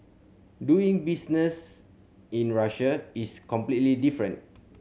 doing business in Russia is completely different